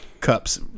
cups